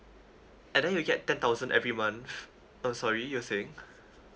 and then you'll get ten thousand every month oh sorry you're saying